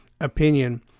Opinion